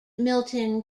milton